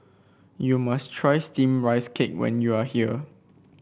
you must try steamed Rice Cake when you are here